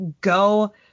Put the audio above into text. go